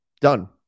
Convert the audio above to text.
Done